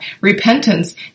Repentance